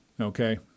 okay